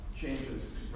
changes